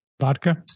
Vodka